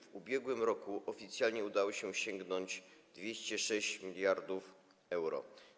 W ubiegłym roku oficjalnie udało się osiągnąć 206 mld euro.